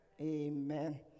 Amen